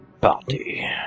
party